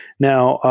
now,